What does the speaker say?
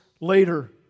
later